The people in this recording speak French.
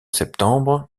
septembre